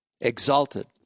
exalted